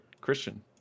Christian